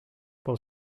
pel